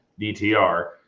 dtr